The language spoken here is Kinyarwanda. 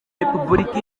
repubulika